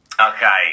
Okay